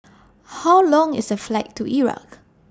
How Long IS The Flight to Iraq